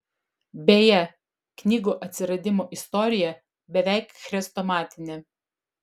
beje knygų atsiradimo istorija beveik chrestomatinė